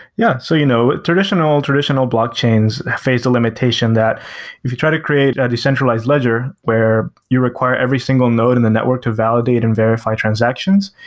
yeah. so you know traditional traditional blockchains face the limitation that if you try to create a decentralized ledger, where you require every single node in the network to validate and verify transactions,